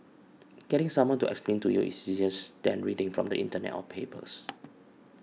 getting someone to explain to you is easier than reading from the internet or papers